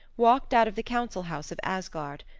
walked out of the council house of asgard,